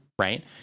right